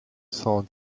cent